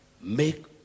make